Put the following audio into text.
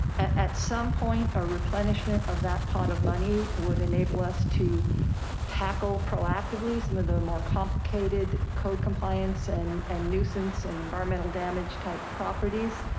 at some point or replenishment of that pot of money would enable us to tackle proactively some of the more complicated code compliance and and nuisance and environmental damage type properties.